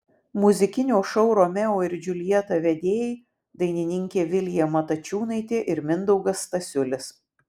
muzikinio šou romeo ir džiuljeta vedėjai dainininkė vilija matačiūnaitė ir mindaugas stasiulis